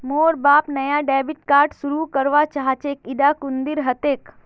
मोर बाप नाया डेबिट कार्ड शुरू करवा चाहछेक इटा कुंदीर हतेक